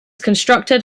constructed